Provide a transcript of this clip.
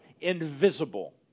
invisible